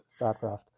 Starcraft